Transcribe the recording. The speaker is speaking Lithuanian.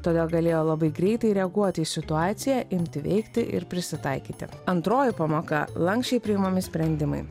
todėl galėjo labai greitai reaguoti į situaciją imti veikti ir prisitaikyti antroji pamoka lanksčiai priimami sprendimai